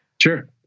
Sure